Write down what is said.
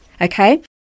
okay